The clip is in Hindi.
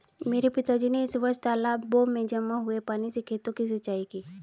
मेरे पिताजी ने इस वर्ष तालाबों में जमा हुए पानी से खेतों की सिंचाई की